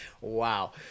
Wow